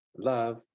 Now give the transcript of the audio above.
Love